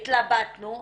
התלבטנו,